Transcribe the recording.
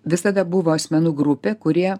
visada buvo asmenų grupė kurie